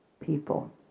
people